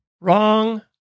Wrong